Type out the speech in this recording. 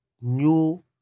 new